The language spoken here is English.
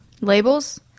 Labels